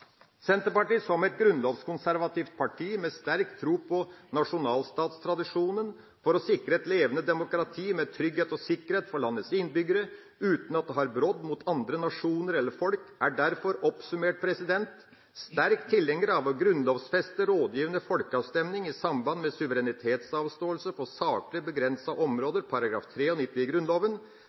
Senterpartiet – som et grunnlovskonservativt parti med sterk tro på nasjonalstatstradisjonen for å sikre et levende demokrati med trygghet og sikkerhet for landets innbyggere uten at det har brodd mot andre nasjoner eller folk – er derfor, oppsummert, en sterk tilhenger av å grunnlovfeste rådgivende folkeavstemning i samband med suverenitetsavståelse på saklig begrensede områder, § 93 i Grunnloven,